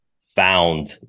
found